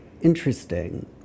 interesting